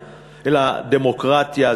לדמוקרטיה,